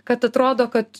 kad atrodo kad